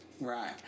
right